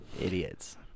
Idiots